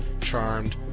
charmed